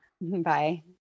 Bye